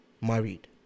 married